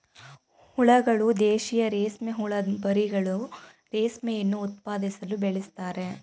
ಹುಳಗಳು ದೇಶೀಯ ರೇಷ್ಮೆಹುಳದ್ ಮರಿಹುಳುಗಳು ರೇಷ್ಮೆಯನ್ನು ಉತ್ಪಾದಿಸಲು ಬೆಳೆಸ್ತಾರೆ